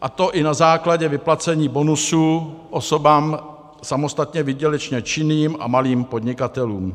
a to i na základě vyplacení bonusu osobám samostatně výdělečně činným a malým podnikatelům.